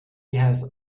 has